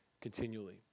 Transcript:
continually